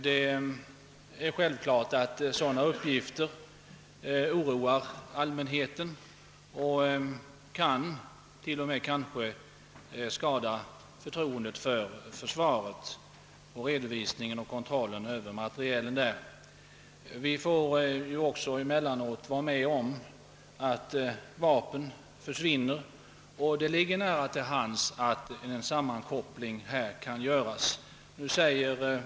Det är självklart att sådana uppgifter oroar allmänheten och till och med kanske kan skada förtroendet för försvaret och redovisningen och kontrollen av dess materiel. Vi får ju emellanåt höra att vapen försvinner, och det ligger nära till hands att man sammankopplar dessa företeelser.